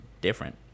different